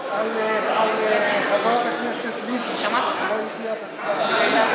490, של חבר הכנסת דב חנין, הן: בעד, 44,